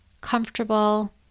comfortable